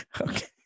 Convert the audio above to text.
Okay